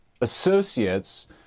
associates